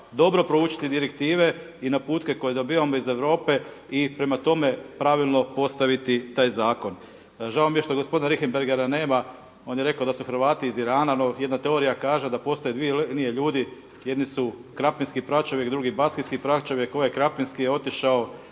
dobro proučiti direktive i naputke koje dobivamo iz Europe i prema tome pravilno postaviti taj zakon. Žao mi je što gospodina Richembergha nema, on je rekao da su Hrvati iz Irana, no jedna teorija kaže da postoje dvije linije ljudi jedni su krapinski pračovjek drugi baskijski pračovjek. Ovaj krapinski je otišao